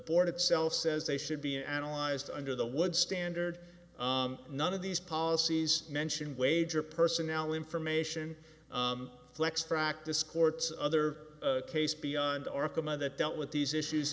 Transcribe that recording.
board itself says they should be analyzed under the wood standard none of these policies mention wage or personnel information flex practice courts other case beyond arkham of that dealt with these issues